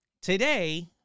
today